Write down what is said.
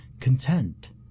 Content